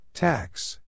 Tax